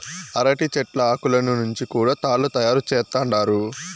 అరటి చెట్ల ఆకులను నుంచి కూడా తాళ్ళు తయారు చేత్తండారు